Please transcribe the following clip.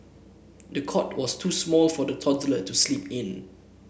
the cot was too small for the toddler to sleep in